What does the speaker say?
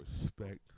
respect